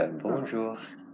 Bonjour